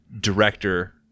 director